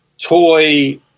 toy